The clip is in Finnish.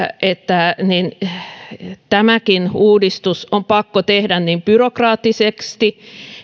että tämäkin uudistus on pakko tehdä niin byrokraattiseksi